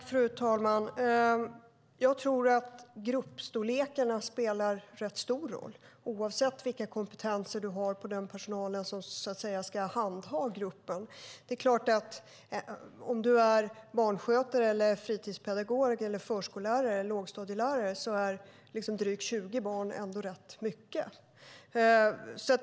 Fru talman! Jag tror att gruppstorlekarna spelar en rätt stor roll, oavsett vilka kompetenser man har i den personal som ska handha gruppen. Oavsett om man är barnskötare, fritidspedagog, förskollärare eller lågstadielärare är drygt 20 barn ändå rätt mycket.